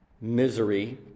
misery